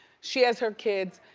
she has her kids.